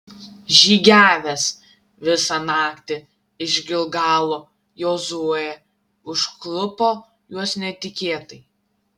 žygiavęs visą naktį iš gilgalo jozuė užklupo juos netikėtai